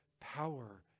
power